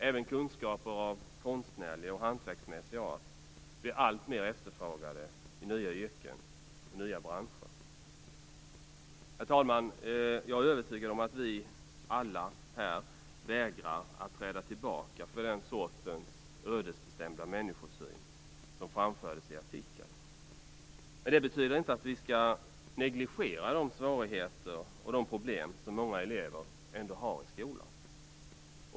Även kunskaper av konstnärlig och hantverksmässig art blir alltmer efterfrågade i nya yrken och i nya branscher. Herr talman! Jag är övertygad om att vi alla här vägrar att träda tillbaka för den sortens ödesbestämda människosyn som framfördes i artikeln. Men det betyder inte att vi skall negligera de svårigheter och de problem som många elever ändå har i skolan.